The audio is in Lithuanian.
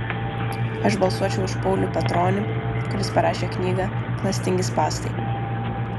aš balsuočiau už paulių petronį kuris parašė knygą klastingi spąstai